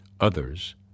Others